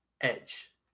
Edge